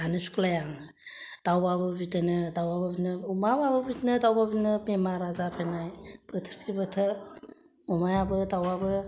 थानो सुखुलाया आङो दाउबाबो बिदिनो अमा बाबो बिदिनो बेमार आजार फैनाय बोथोर खि बोथोर अमायाबो दाउआबो